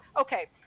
Okay